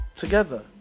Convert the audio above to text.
together